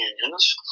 unions